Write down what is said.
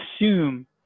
assume